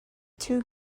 two